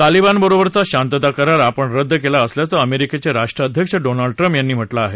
तालिबानबरोबरचा शांतता करार आपण रद्द केला असल्याचं अमेरिकेचे राष्ट्राध्यक्ष डोनाल्ड ट्रम्प यांनी म्हटलं आहे